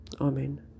Amen